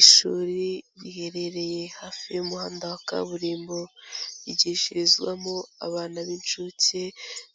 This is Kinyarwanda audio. Ishuri riherereye hafi y'umuhanda wa kaburimbo ryigishirizwamo abana b'incuke